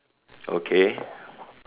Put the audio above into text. okay